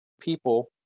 people